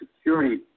security